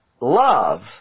love